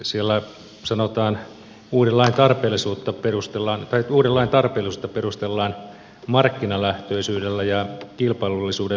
siellä uuden lain tarpeellisuutta perustellaan markkinalähtöisyydellä ja kilpailullisuuden lisäämisellä